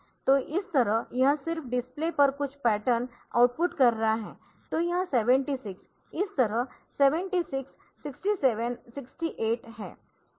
तो इस तरह यह सिर्फ डिस्प्ले पर कुछ पैटर्न आउटपुट कर रहा है तो यह 76 इस तरह 76 67 68 है